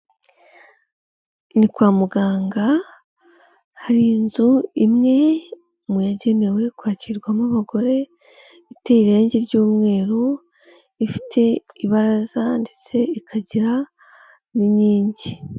Ni kwa muganga, hari inzu imwe mu yagenewe kwakirwamo abagore. Iteye irangi ry'umweru, ifite ibaraza ndetse ikagira n'inkingi.